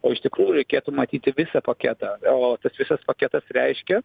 o iš tikrųjų reikėtų matyti visą paketą o tas visas paketas reiškia